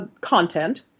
content